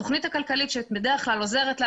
התוכנית הכלכלית שבדרך כלל עוזרת לה